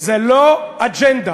זה לא אג'נדה,